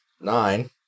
nine